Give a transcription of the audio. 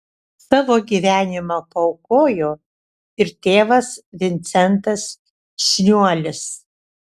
savo gyvenimą paaukojo ir tėvas vincentas šniuolis